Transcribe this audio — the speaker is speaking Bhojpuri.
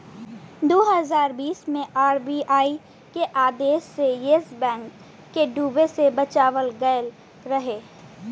दू हज़ार बीस मे आर.बी.आई के आदेश से येस बैंक के डूबे से बचावल गएल रहे